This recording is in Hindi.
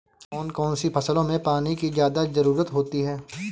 कौन कौन सी फसलों में पानी की ज्यादा ज़रुरत होती है?